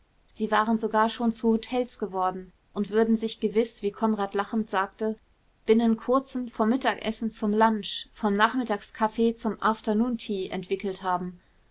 sie waren sogar schon zu hotels geworden und würden sich gewiß wie konrad lachend sagte binnen kurzem vom mittagessen zum lunch vom nachmittagskaffee zum afternoon tea entwickelt haben